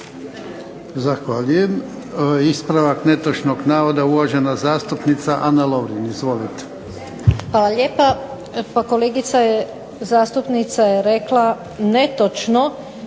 Zahvaljujem. Ispravak netočnog navoda uvažena zastupnica Ana Lovrin. Izvolite.